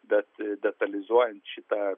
bet detalizuojant šitą